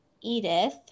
Edith